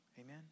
Amen